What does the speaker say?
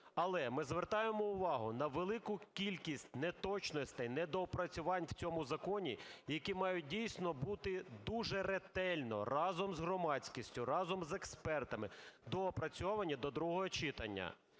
Але ми звертаємо увагу на велику кількість неточностей, недоопрацювань в цьому законі, які мають дійсно бути дуже ретельно, разом з громадськістю, разом з експертами доопрацьовані до другого читання.